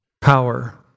power